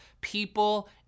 people